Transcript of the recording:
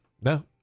No